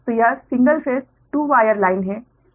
तो यह single phase 2 wire line है